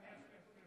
יש, הינה.